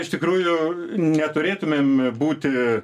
iš tikrųjų neturėtumėm būti